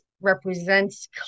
represents